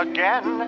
Again